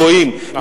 גויים.